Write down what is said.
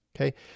Okay